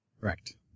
Correct